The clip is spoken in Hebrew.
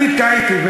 אני טעיתי,